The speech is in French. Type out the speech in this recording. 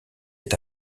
est